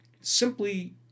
simply